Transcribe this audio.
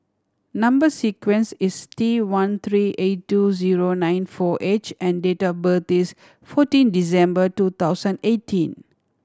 number sequence is T one three eight two zero nine four H and date of birth is fourteen December two thousand eighteen